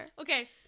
Okay